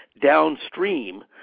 downstream